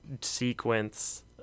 sequence